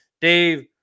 Dave